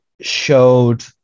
showed